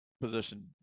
position